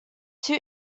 two